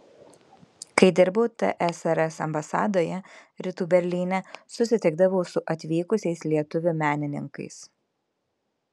kai dirbau tsrs ambasadoje rytų berlyne susitikdavau su atvykusiais lietuvių menininkais